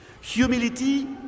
Humility